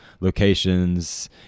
locations